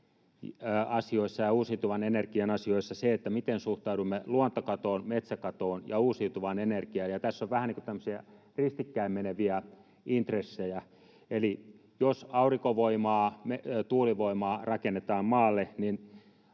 ja uusiutuvan energian asioissa se, miten suhtaudumme luontokatoon, metsäkatoon ja uusiutuvaan energiaan, ja tässä on vähän tämmöisiä ristikkäin meneviä intressejä. Eli jos aurinkovoimaa tai tuulivoimaa rakennetaan maalle,